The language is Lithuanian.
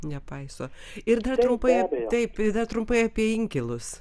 nepaiso ir dar trumpai taip ir dar trumpai apie inkilus